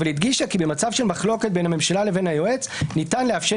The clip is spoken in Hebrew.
אבל היא הדגישה כי במחלוקת בין הממשלה לבין היועץ ניתן לאפשר